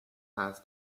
has